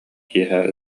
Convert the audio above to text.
киэһэ